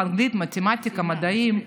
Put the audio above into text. זה באנגלית, במתמטיקה, במדעים.